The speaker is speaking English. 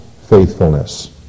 faithfulness